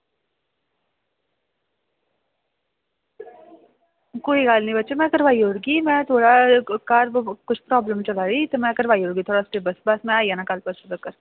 कोई गल्ल निं बच्चा में करोआई ओड़गी में थोह्ड़ा घर प्रॉब्लम चला दी ते कल्ल में आई जाना ते सलेब्स थुआढ़ा कराई ओड़गी